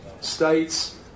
states